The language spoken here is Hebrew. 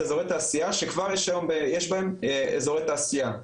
אזורי תעשייה שכבר יש בהם אזורי תעשייה.